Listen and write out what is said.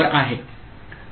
तर आऊटपुट 1 होईल